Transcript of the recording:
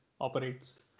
operates